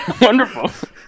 wonderful